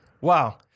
Wow